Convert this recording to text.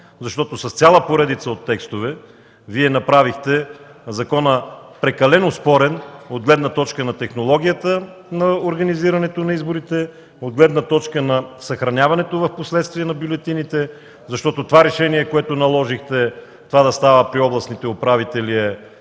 защото с цяла поредица от текстове Вие направихте закона прекалено спорен от гледна точка на технологията на организирането на изборите, от гледна точка на съхраняването впоследствие на бюлетините, защото решението, което наложихте това да става при областните управители, е